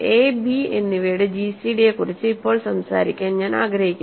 A B എന്നിവയുടെ ജിസിഡിയെക്കുറിച്ച് ഇപ്പോൾ സംസാരിക്കാൻ ഞാൻ ആഗ്രഹിക്കുന്നു